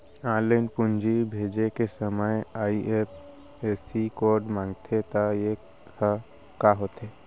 Online पूंजी भेजे के समय आई.एफ.एस.सी कोड माँगथे त ये ह का होथे?